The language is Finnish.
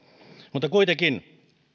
mutta kuitenkin